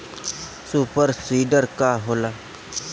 Super seeder का होला?